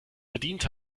verdient